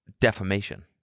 defamation